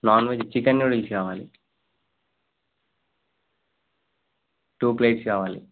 non veg chicken noodles కావాలి two plates కావాలి